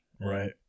Right